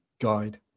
guide